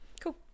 Cool